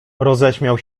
roześmiał